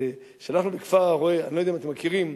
אני לא יודע אם אתם מכירים,